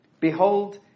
Behold